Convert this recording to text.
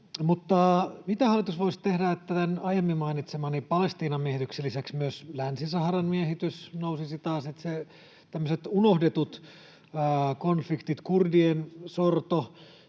Mutta, mitä hallitus voisi tehdä tämän aiemmin mainitsemani Palestiinan miehityksen lisäksi, että myös Länsi-Saharan miehitys nousisi taas, että tämmöiset unohdetut konfliktit — kurdien sorto,